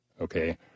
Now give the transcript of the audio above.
okay